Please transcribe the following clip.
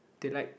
they like